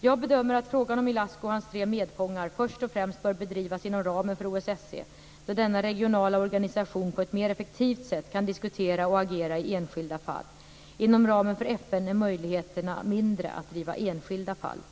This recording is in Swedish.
Jag bedömer att frågan om Ilascu och hans tre medfångar först och främst bör drivas inom ramen för OSSE då denna regionala organisation på ett mer effektivt sätt kan diskutera och agera i enskilda fall. Inom ramen för FN är möjligheterna mindre att driva enskilda fall.